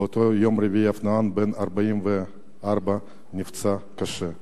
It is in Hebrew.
ובאותו יום רביעי אופנוען בן 44 נפצע קשה,